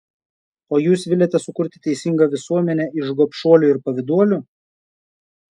o jūs viliatės sukurti teisingą visuomenę iš gobšuolių ir pavyduolių